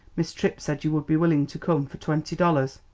miss tripp said you would be willing to come for twenty dollars.